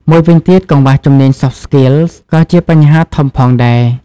មួយវិញទៀត កង្វះជំនាញ Soft Skills ក៏ជាបញ្ហាធំផងដែរ។